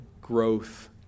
growth